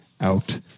out